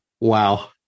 Wow